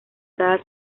cada